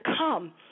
come